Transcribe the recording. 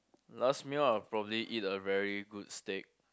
last meal I would probably eat a very good steak